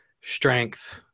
strength